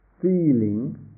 feeling